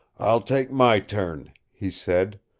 i'll take my turn, he said.